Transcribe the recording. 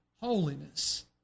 holiness